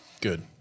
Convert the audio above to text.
Good